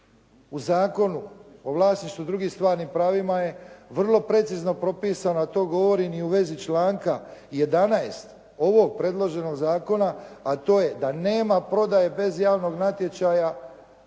U Zakonu o vlasništvu i drugim stvarnim pravima je vrlo precizno propisano, a to govorim i u vezi članka 11. ovog predloženog zakona, a to je da nema prodaje bez javnog natječaja